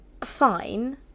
fine